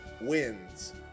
wins